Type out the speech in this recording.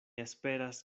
esperas